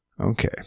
Okay